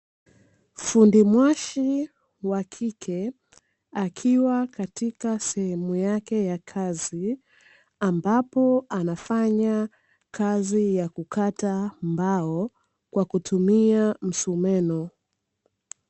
Fundi mwashi wa kike akiwa katika sehemu yake ya kazi ambapo anafanya kazi ya kukata mbao kwa kutumia msumeno